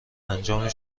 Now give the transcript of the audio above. انجام